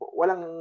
walang